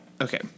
Okay